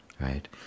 right